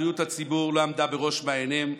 בריאות הציבור לא עמדה בראש מעייניהם,